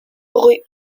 rue